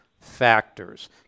factors